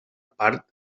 part